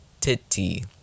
Titty